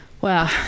Wow